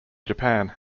japan